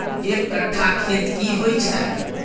एक कट्ठा खेत की होइ छै?